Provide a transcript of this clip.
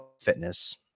fitness